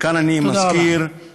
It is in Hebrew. מכאן אני מזכיר, תודה רבה.